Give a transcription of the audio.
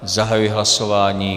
Zahajuji hlasování.